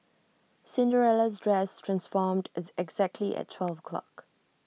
Cinderella's dress transformed exactly at twelve o'clock